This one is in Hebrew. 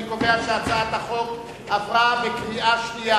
אני קובע שהצעת החוק עברה בקריאה שנייה.